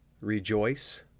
rejoice